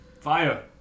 Fire